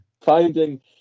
finding